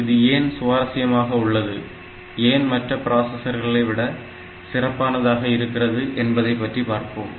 இது ஏன் சுவாரசியமாக உள்ளது ஏன் மற்ற பிராசஸர்களை விட சிறப்பானதாக இருக்கிறது என்பதை பற்றி பார்ப்போம்